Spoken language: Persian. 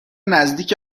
نزدیک